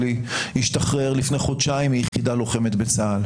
הבן הבכור שלי השתחרר לפני חודשיים מיחידה לוחמת בצה"ל.